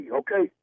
okay